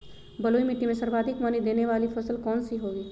बलुई मिट्टी में सर्वाधिक मनी देने वाली फसल कौन सी होंगी?